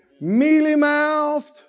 mealy-mouthed